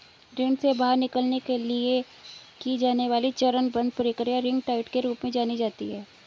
ऋण से बाहर निकलने के लिए की जाने वाली चरणबद्ध प्रक्रिया रिंग डाइट के रूप में जानी जाती है